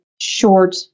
short